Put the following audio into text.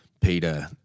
Peter